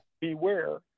beware